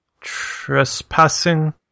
Trespassing